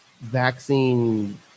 vaccine